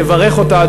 יברך אותה,